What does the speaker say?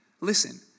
listen